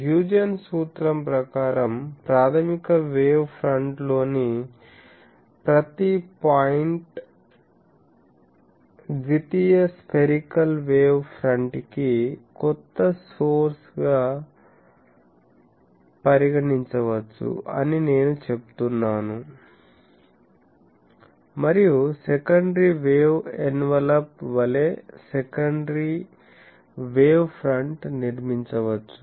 Huygens సూత్రం ప్రకారం ప్రాధమిక వేవ్ ఫ్రంట్ లోని ప్రతి పాయింట్ ద్వితీయ స్పెరికల్ వేవ్ ఫ్రంట్ కి కొత్త సోర్స్ గా పరిగణించవచ్చు అని నేను చెప్తున్నాను మరియు సెకండరీ వేవ్ ఎన్వలప్ వలె సెకండరీ వేవ్ ఫ్రంట్ నిర్మించవచ్చు